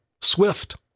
SWIFT